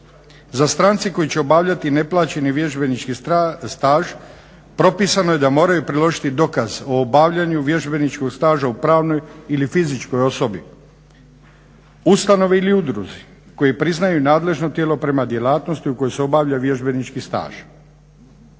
Za strance koji će obavljati neplaćeni vježbenički staž propisano je da moraju priložiti dokaz o obavljanju vježbeničkog staža u pravnoj ili fizičkoj osobi, ustanovi ili udruzi koji priznaju nadležno tijelo prema djelatnosti u kojoj se obavlja vježbenički staž.